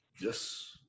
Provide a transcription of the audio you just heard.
Yes